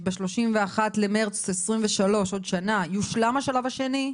וב-31 במרץ 2023 יושלם השלב השני,